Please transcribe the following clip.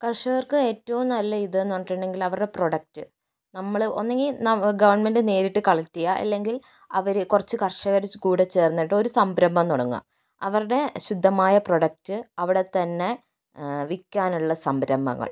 കർഷകർക്ക് ഏറ്റവും നല്ല ഇത് എന്ന് പറഞ്ഞിട്ടുണ്ടെങ്കിൽ അവരുടെ പ്രൊഡക്ട് നമ്മള് ഒന്നുകിൽ ഗവൺമെന്റ് നേരിട്ട് കളക്ട് ചെയ്യുക അല്ലെങ്കിൽ അവര് കുറച്ച് കർഷകർ കൂടി ചേർന്നിട്ട് ഒരു സംരംഭം തുടങ്ങുക അവരുടെ ശുദ്ധമായ പ്രൊഡക്ട് അവിടെത്തന്നെ വിൽക്കാനുള്ള സംരംഭങ്ങൾ